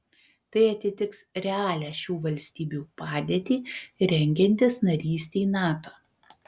tai atitiks realią šių valstybių padėtį rengiantis narystei nato